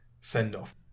send-off